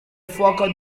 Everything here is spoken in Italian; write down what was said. fuoco